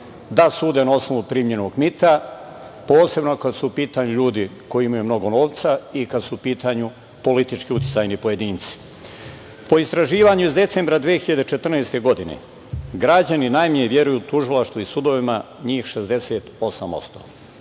da sude na osnovu primljenog mita, posebno kada su u pitanju ljudi koji imaju mnogo novca i kada su u pitanju politički uticajni pojedinci. Po istraživanju iz decembra meseca 2014. godine, građani najmanje veruju tužilaštvu i sudovima, njih 68% od